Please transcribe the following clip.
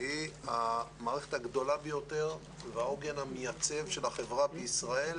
היא המערכת הגדולה ביותר והעוגן המייצב של החברה בישראל.